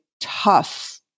tough